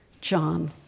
John